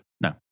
No